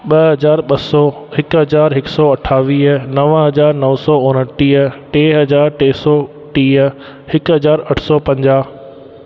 ॿ हज़ार ॿ सौ हिकु हज़ार हिकु सौ अठावीह नव हज़ार नव सौ उणटीह टे हज़ार टे सौ टीह हिकु हज़ार अठ सौ पंजाहु